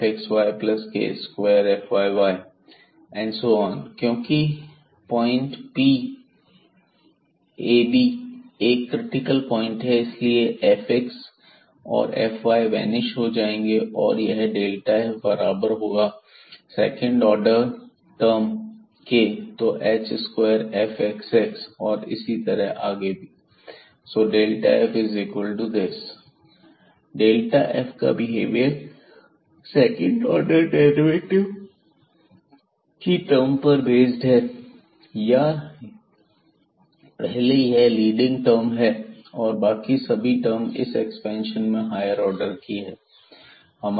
fhfxabkfyab12h2fxx2hkfxyk2fkkab क्योंकि point ab एक critical point है इसलिए fxab और fyab वैनिश हो जाएंगे और यह f बराबर होगा सेकंड ऑर्डर टर्म के तो h2fxx और इसी तरह आगे भी f12h2fxx2hkfxyk2fkkab डेल्टा f का बिहेवियर सेकंड ऑर्डर डेरिवेटिव की टर्म पर बेस्ड है या पहले यह लीडिंग टर्म है और बाकी सभी टर्म इस एक्सपेंशन में हायर ऑर्डर की हैं